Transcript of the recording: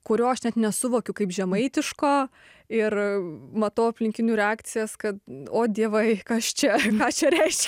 kurio aš net nesuvokiu kaip žemaitiško ir matau aplinkinių reakcijas kad o dievai kas čia ką čia reiškia